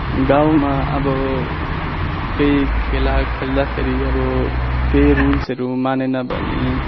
गाउँमा अब केही खेला खेल्दाखेरि अब केही रुल्सहरू मानेन भने